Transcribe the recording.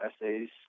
essays